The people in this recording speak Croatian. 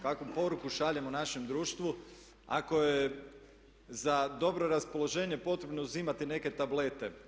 Kakvu poruku šaljemo našem društvu ako je za dobro raspoloženje potrebno uzimati neke tablete?